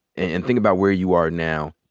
and and think about where you are now,